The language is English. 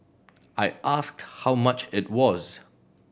I asked how much it was